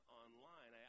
online